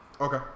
Okay